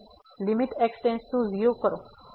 તેથી અહીં limit x → 0 કરો